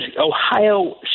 Ohio